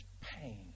pain